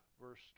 verse